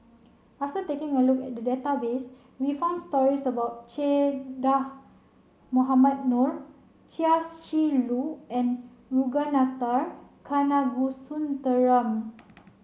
after taking a look at the database we found stories about Che Dah Mohamed Noor Chia Shi Lu and Ragunathar Kanagasuntheram